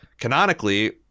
Canonically